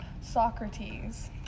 Socrates